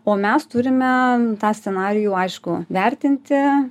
o mes turime tą scenarijų aišku vertinti